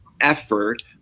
effort